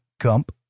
Gump